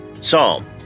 Psalm